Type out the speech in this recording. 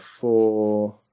four